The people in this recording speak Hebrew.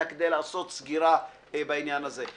אלא כדי לעשות סגירה בעניין הזה.